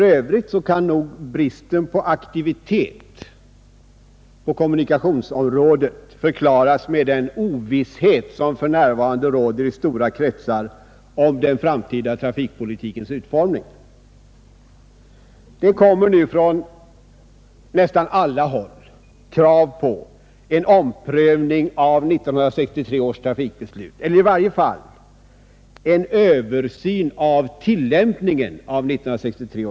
I övrigt kan nog bristen på aktivitet inom kommunikationsområdet förklaras med den ovisshet som för närvarande råder i stora kretsar om den framtida trafikpolitikens utformning. Det framförs nu från nästan alla håll krav på en omprövning av 1963 års trafikbeslut, eller i varje fall en översyn av beslutets tillämpning.